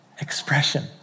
expression